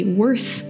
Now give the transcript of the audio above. worth